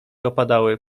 opadały